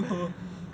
oh